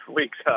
weeks